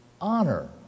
honor